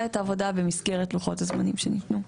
את העבודה במסגרת לוחות הזמנים שנתנו.